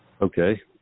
Okay